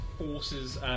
Forces